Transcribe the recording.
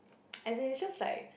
as in it's just like